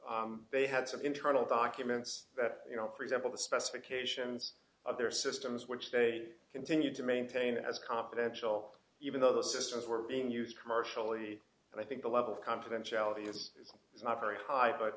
they had some internal documents that you know for example the specifications of their systems which they continued to maintain as confidential even though the systems were being used commercially and i think a lot of confidentiality is is not very high but